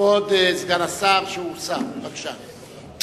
כבוד סגן השר שהוא שר, בבקשה.